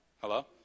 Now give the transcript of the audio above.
Hello